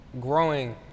Growing